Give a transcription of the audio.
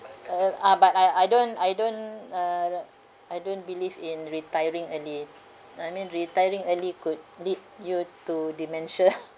uh ah but I I don't I don't I don't I don't believe in retiring early I mean retiring early could lead you to dementia